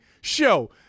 show